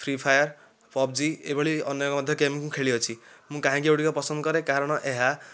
free Fire PUBG ଏଭଳି ଅନେକ ମଧ୍ୟ ଗେମ୍ ମୁଁ ଖେଳିଅଛି ମୁଁ କାହିଁକି ଏଗୁଡ଼ିକ ପସନ୍ଦ କରେ କାରଣ ଏହା